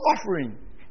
offering